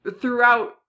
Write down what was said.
throughout